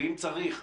ואם צריך,